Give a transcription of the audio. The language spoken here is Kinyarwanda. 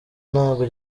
ntabwo